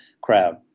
crowd